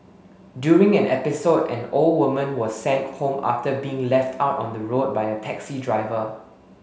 during an episode an old woman was sent home after being left out on the road by a taxi driver